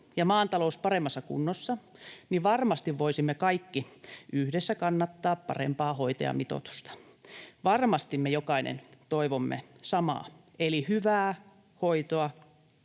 ja maan talous paremmassa kunnossa, niin varmasti voisimme kaikki yhdessä kannattaa parempaa hoitajamitoitusta. Varmasti me jokainen toivomme samaa eli hyvää hoitoa